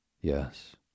Yes